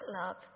love